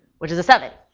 which is a seven,